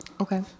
Okay